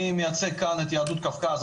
אני מייצג כאן את יהדות קווקז,